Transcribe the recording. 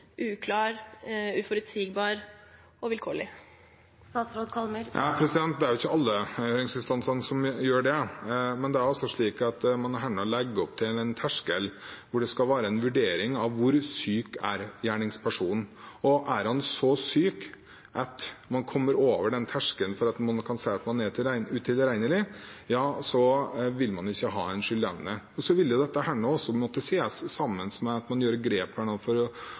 uklar, uforutsigbar og vilkårlig? Det er ikke alle høringsinstansene som gjør det. Man legger her opp til en terskel hvor det skal være en vurdering av hvor syk gjerningspersonen er. Og er han så syk at han kommer over terskelen for at man kan si at han er utilregnelig, vil han ikke ha en skyldevne. Så vil dette også måtte sees sammen med at man gjør grep